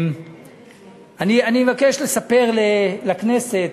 אני מבקש לספר לכנסת,